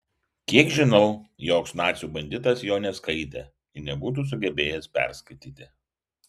kiek žinau joks nacių banditas jo neskaitė ir nebūtų sugebėjęs perskaityti